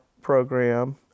program